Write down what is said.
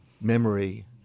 memory